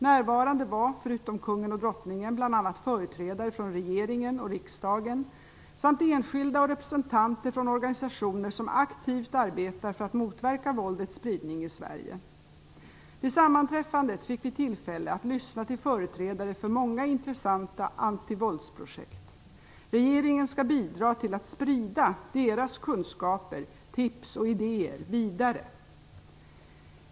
Närvarande var, förutom kungen och drottningen, bl.a. företrädare för regeringen och riksdagen samt enskilda och representanter från organisationer som aktivt arbetar för att motverka våldets spridning i Sverige. Vid sammanträffandet fick vi tillfälle att lyssna till företrädare för många intressanta antivåldsprojekt. Regeringen skall bidra till att sprida deras kunskaper, tips och idéer vidare.